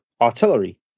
artillery